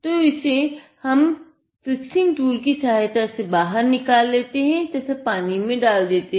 तो इसे हम फिक्सिंग टूल की सहायता से बाहर निकालते लेते हैं तथा इसे पानी में डाल देते हैं